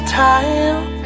time